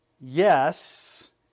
yes